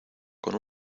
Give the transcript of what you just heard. con